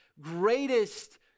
greatest